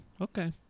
okay